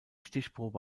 stichprobe